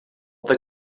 the